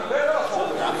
דיבר על החוק הזה.